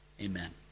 Amen